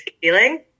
feeling